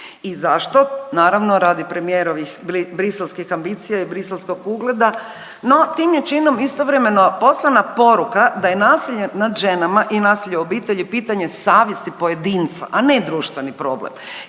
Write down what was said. i zašto, naravno radi premijerovih briselskih ambicija i briselskog ugleda. No, tim je činom istovremeno poslana poruka da je nasilje nad ženama i nasilje u obitelji pitanje savjesti pojedinca, a ne društveni problem